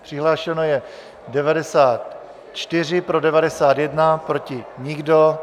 Přihlášeno je 94, pro 91, proti nikdo.